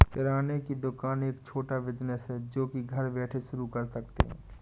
किराने की दुकान एक छोटा बिज़नेस है जो की घर बैठे शुरू कर सकते है